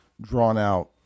drawn-out